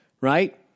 right